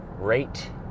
rate